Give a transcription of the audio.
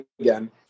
again